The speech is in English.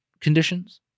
conditions